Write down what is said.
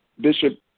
Bishop